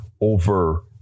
over